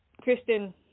Kristen